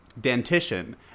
dentition